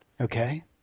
Okay